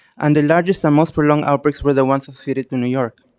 and the largest the most prolonged outbreaks were the ones succeeded to new york.